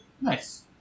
Nice